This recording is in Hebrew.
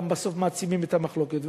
גם בסוף מעצימים את המחלוקת.